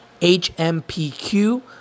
HMPQ